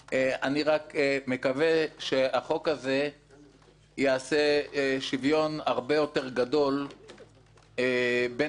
אני רק מקווה שהחוק הזה יעשה שוויון הרבה יותר גדול בין תושבי